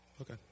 Okay